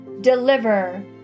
deliver